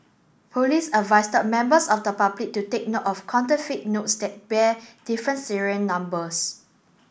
police advise members of the public to take note of counterfeit notes that bear different serial numbers